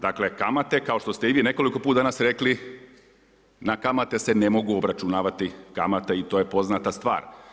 Dakle kamate kao što ste i vi nekoliko puta danas rekli, na kamate se ne mogu obračunavati kamate i to je poznata stvar.